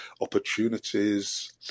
opportunities